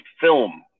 film